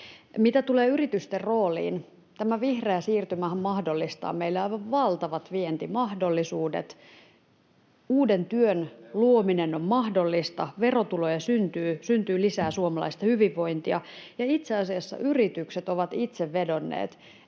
Mitä tulee yritysten rooliin, tämä vihreä siirtymähän mahdollistaa meille aivan valtavat vientimahdollisuudet. Uuden työn luominen on mahdollista, verotuloja syntyy, syntyy lisää suomalaista hyvinvointia. Ja itse asiassa yritykset ovat itse vedonneet